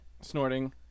Snorting